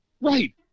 right